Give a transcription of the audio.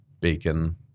bacon